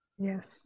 Yes